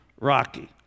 Rocky